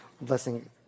blessing